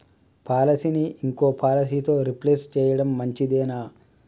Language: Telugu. పాలసీని ఇంకో పాలసీతో రీప్లేస్ చేయడం మంచిదేనా?